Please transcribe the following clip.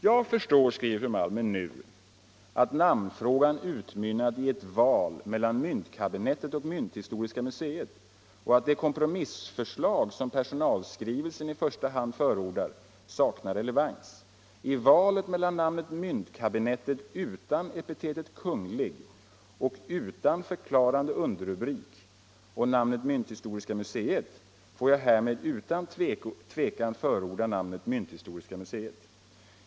——-- Jag förstår nu att namnfrågan utmynnat i ett val mellan "Myntkabinettet" 107 Om åtgärder för att avskaffa påminnelser om att Sverige är en monarki och ”Mynthistoriska museet", och att det kompromissförslag som personalskrivelsen i första hand förordar, saknar relevans. I valet mellan namnet ”Myntkabinettet” utan epitetet ”Kungl.” och utan förklarande underrubrik och namnet ”Mynthistoriska museet” får jag härmed utan tvekan förorda namnet ”Mynthistoriska museet”.